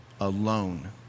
alone